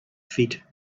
feet